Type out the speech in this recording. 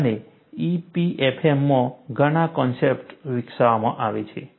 અને EPFM માં ધણા કન્સેપ્ટ્સ વિકસાવવામાં આવે છે